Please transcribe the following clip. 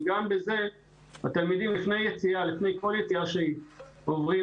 גם בזה לפני כל יציאה שהיא התלמידים עוברים